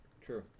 True